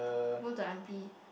more to auntie